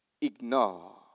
ignore